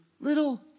little